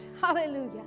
hallelujah